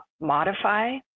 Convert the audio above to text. modify